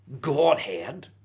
Godhead